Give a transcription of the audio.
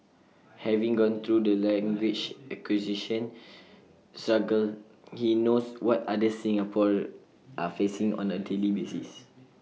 having gone through the language acquisition struggle he knows what others in Singapore are facing on A daily basis